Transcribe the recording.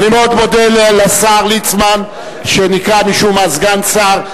אני מאוד מודה לשר ליצמן, שנקרא משום מה "סגן שר".